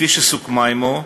כפי שסוכמה עמו,